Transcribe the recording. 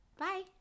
Bye